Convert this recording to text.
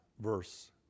verse